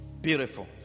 Beautiful